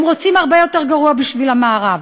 הם רוצים הרבה יותר גרוע בשביל המערב.